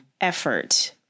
effort